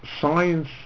Science